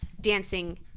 dancing